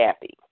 happy